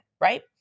right